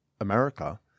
America